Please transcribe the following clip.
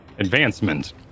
Advancement